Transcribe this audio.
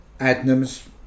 Adnams